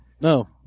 No